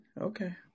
Okay